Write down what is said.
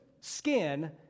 skin